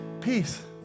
Peace